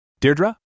Deirdre